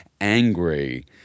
angry